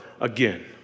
again